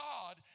God